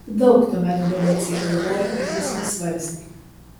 daug tuomet domicė galvojo ir viską svarstė